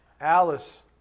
Alice